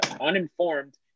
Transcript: uninformed